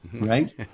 right